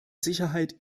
sicherheit